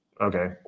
Okay